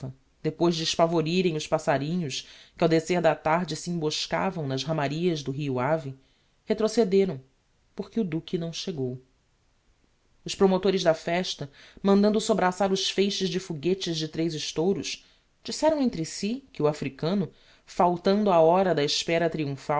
depois de espavorirem os passarinhos que ao descer da tarde se emboscavam nas ramarias do rio ave retrocederam porque o duque não chegou os promotores da festa mandando sobraçar os feixes de foguetes de tres estouros disseram entre si que o africano faltando á hora da espera